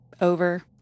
over